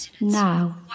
now